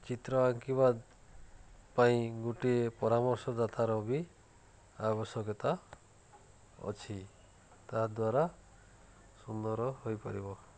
ଚିତ୍ର ଆଙ୍କିବା ପାଇଁ ଗୋଟିଏ ପରାମର୍ଶଦାତାର ବି ଆବଶ୍ୟକତା ଅଛି ତାହା ଦ୍ୱାରା ସୁନ୍ଦର ହୋଇପାରିବ